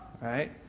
right